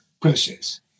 process